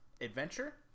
Adventure